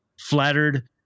flattered